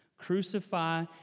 crucify